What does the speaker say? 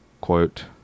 quote